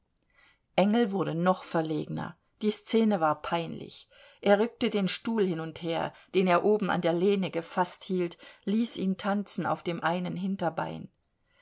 engel wurde noch verlegener die szene war peinlich er rückte den stuhl hin und her den er oben an der lehne gefaßt hielt ließ ihn tanzen auf dem einen hinterbein